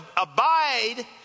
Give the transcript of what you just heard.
abide